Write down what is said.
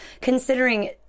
considering